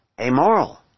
amoral